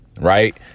Right